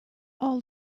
all